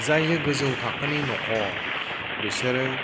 जाय गोजौ थाखोनि न'खर बेसोरो